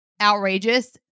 outrageous